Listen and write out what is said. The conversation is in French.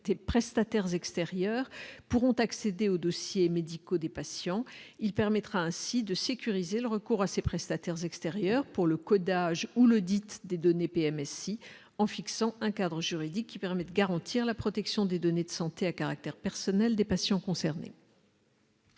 prestataires extérieurs pourront accéder aux dossiers médicaux des patients, il permettra ainsi de sécuriser le recours à ces prestataires extérieurs pour le codage ou le dites des données PMSI en fixant un cadre juridique qui permet de garantir la protection des données de santé à caractère personnel des patients concernés.